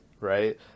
right